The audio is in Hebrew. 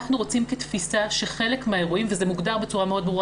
אנחנו רוצים כתפיסה שחלק מהאירועים וזה מוגדר בצורה ברורה מאוד,